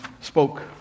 spoke